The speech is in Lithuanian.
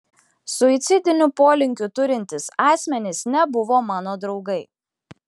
suicidinių polinkių turintys asmenys nebuvo mano draugai